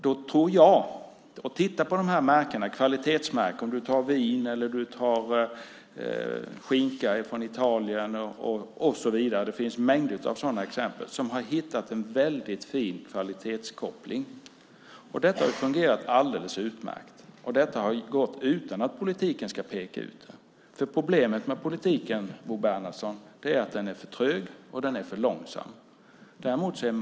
Det finns mängder av exempel på märkning på vin, skinka från Italien och så vidare som har hittat en väldigt fin kvalitetskoppling. Det har fungerat alldeles utmärkt och det har gått utan att politiken har pekat ut det. Problemet med politiken är att den är för trög och för långsam.